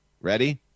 Ready